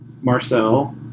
Marcel